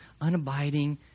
unabiding